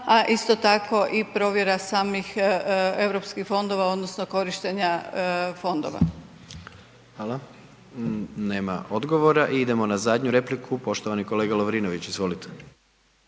a isto tako i provjera samih europskih fondova odnosno korištenja fondova. **Jandroković, Gordan (HDZ)** Hvala. Nema odgovora. I idemo na zadnju repliku, poštovani kolega Lovrinović, izvolite.